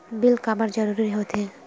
Bill काबर जरूरी होथे?